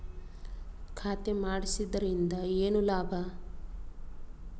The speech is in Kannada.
ಖಾತೆ ಮಾಡಿಸಿದ್ದರಿಂದ ಏನು ಲಾಭ?